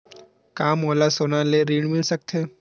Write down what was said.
का मोला सोना ले ऋण मिल सकथे?